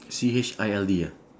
C H I L D ah